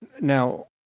Now